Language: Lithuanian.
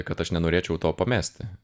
kad aš nenorėčiau to pamesti